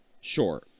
Sure